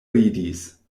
ridis